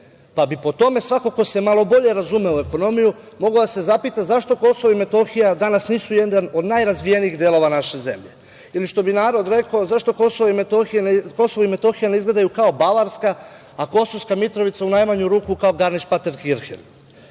pa bi po tome svako ko se malo bolje razume u ekonomiju mogao da se zapita zašto Kosovo i Metohija danas nisu jedan od najrazvijenijih delova naše zemlje ili, što bi narod rekao, zašto Kosovo i Metohija ne izgledaju kao Bavarska, a Kosovska Mitrovica u najmanju ruku kao Garmiš- Partenkirhen. Sada,